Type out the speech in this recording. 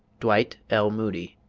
dwight l. moody